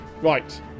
Right